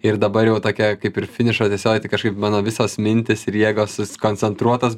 ir dabar jau tokia kaip ir finišo tiesioji tai kažkaip mano visos mintys ir jėgos susikoncentruotos